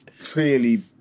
clearly